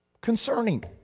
concerning